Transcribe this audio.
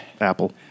Apple